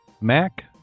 Mac